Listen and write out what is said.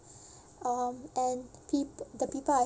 um and the peop~ the people I